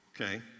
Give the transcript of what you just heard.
okay